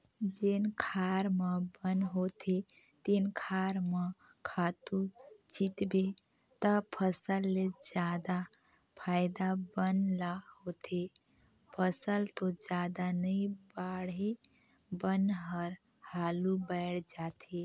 जेन खार म बन होथे तेन खार म खातू छितबे त फसल ले जादा फायदा बन ल होथे, फसल तो जादा नइ बाड़हे बन हर हालु बायड़ जाथे